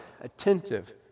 attentive